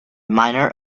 minor